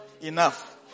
enough